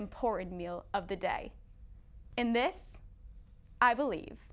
important meal of the day in this i believe